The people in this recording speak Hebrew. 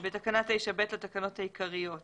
"בתקנה 9ב לתקנות העיקריות,